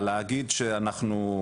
אבל להגיד שאנחנו,